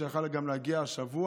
שיכול היה גם להגיע השבוע,